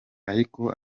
ariko